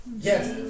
Yes